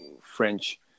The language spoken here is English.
French